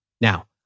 Now